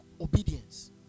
obedience